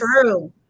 true